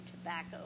tobacco